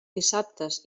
dissabtes